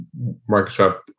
Microsoft